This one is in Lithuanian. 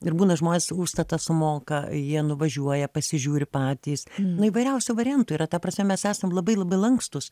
ir būna žmonės užstatą sumoka jie nuvažiuoja pasižiūri patys na įvairiausių variantų yra ta prasme mes esam labai labai lankstūs